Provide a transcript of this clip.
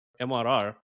mrr